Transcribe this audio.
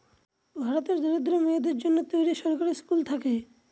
ভারতের দরিদ্র মেয়েদের জন্য তৈরী সরকারি স্কুল থাকে